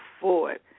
forward